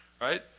right